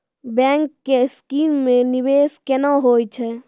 Bank के scheme मे निवेश केना होय छै?